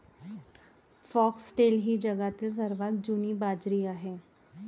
foxtail ही जगातील सर्वात जुनी बाजरी आहे